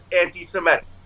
anti-Semitic